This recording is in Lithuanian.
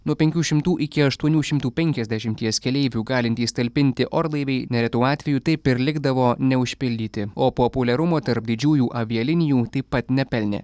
nuo penkių šimtų iki aštuonių šimtų penkiasdešimties keleivių galintys talpinti orlaiviai neretu atveju taip ir likdavo neužpildyti o populiarumo tarp didžiųjų avialinijų taip pat nepelnė